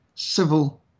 civil